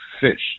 fish